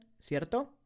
cierto